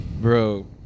Bro